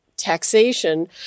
Taxation